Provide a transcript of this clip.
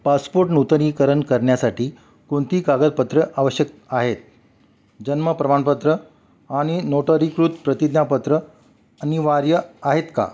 passport नूतनीकरण करण्यासाठी कोणती कागदपत्रं आवश्यक आहेत जन्म प्रमाणपत्र आणि नोटरीकृत प्रतिज्ञापत्र अनिवार्य आहेत का